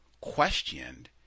questioned